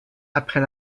après